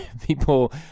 people